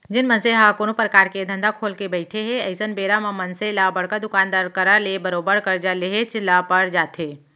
जेन मनसे ह कोनो परकार के धंधा खोलके बइठे हे अइसन बेरा म मनसे ल बड़का दुकानदार करा ले बरोबर करजा लेहेच ल पर जाथे